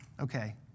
okay